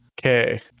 Okay